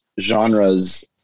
genres